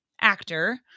actor